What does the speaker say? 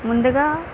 ముందుగా